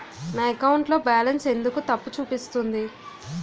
నా అకౌంట్ లో బాలన్స్ ఎందుకు తప్పు చూపిస్తుంది?